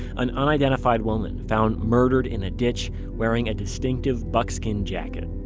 an unidentified woman found murdered in a ditch wearing a distinctive buck skin jacket.